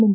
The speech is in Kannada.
ಎನ್